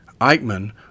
Eichmann